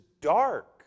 dark